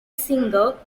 singer